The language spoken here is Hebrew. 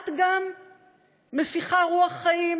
את גם מפיחה רוח חיים